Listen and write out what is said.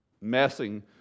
messing